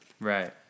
Right